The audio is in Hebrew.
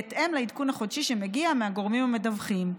בהתאם לעדכון החודשי שמגיע מהגורמים המדווחים,